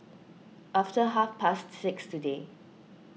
after half past six today